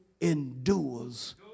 endures